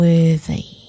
Worthy